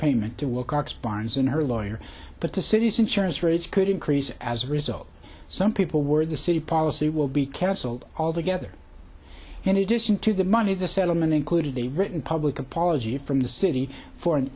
payment to wilcox barnes and her lawyer but the city's insurance rates could increase as a result some people worried the city policy will be canceled altogether in addition to the money the settlement included a written public apology from the city for an